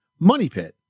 MONEYPIT